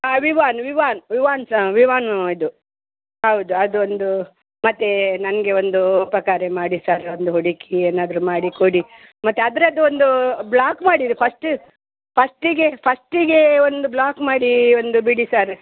ಹಾಂ ವಿವಾನ್ ವಿವಾನ್ ವಿವಾನ್ ಸರ್ ವಿವಾನ್ ಇದು ಹೌದು ಅದೊಂದು ಮತ್ತು ನನಗೆ ಒಂದೂ ಉಪಕಾರ ಮಾಡಿ ಸರ್ ಒಂದು ಹುಡುಕಿ ಏನಾದರು ಮಾಡಿ ಕೊಡಿ ಮತ್ತು ಅದ್ರದ್ದು ಒಂದು ಬ್ಲಾಕ್ ಮಾಡಿರಿ ಫಸ್ಟ್ ಫಸ್ಟಿಗೆ ಫಸ್ಟಿಗೆ ಒಂದು ಬ್ಲಾಕ್ ಮಾಡೀ ಒಂದು ಬಿಡಿ ಸರ್